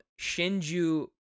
Shinju